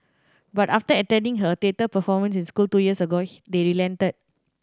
but after attending her theatre performance in school two years ago they relented